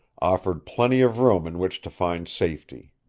offered plenty of room in which to find safety.